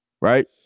right